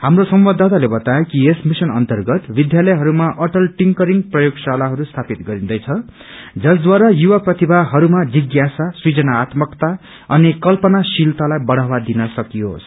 झप्रो संवाददाताले बताए कि यस मिशन अन्तर्गत विद्यालयहरूमा अटल टिंकरिंग प्रयोगशालाहरू स्थापित गरिन्दैछ जसद्वारा युवा प्रतिभाहरूमा जिज्ञासा सूजनात्मकता अनि कल्पनाशीलतालाई बढ़ावा दिन सकियोस्